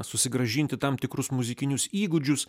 susigrąžinti tam tikrus muzikinius įgūdžius